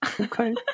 Okay